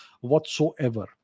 whatsoever